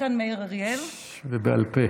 ובעל פה.